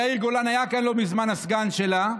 יאיר גולן היה כאן לא מזמן, הסגן שלה,